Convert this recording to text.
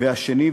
והשני,